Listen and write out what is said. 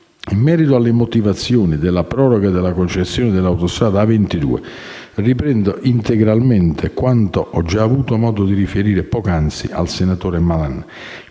in merito alle motivazioni della proroga della concessione dell'autostrada A22, riprendo integralmente quanto ho già avuto modo di riferire poc'anzi al senatore Malan: